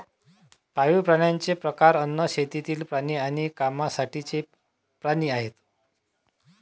पाळीव प्राण्यांचे प्रकार अन्न, शेतातील प्राणी आणि कामासाठीचे प्राणी आहेत